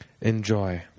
Enjoy